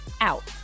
out